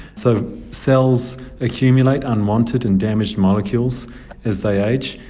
so cells accumulate unwanted and damaged molecules as they age,